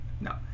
No